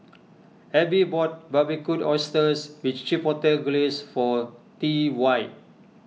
Ebbie bought Barbecued Oysters with Chipotle Glaze for T Y